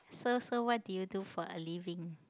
so so what did you do for a living